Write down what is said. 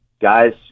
Guys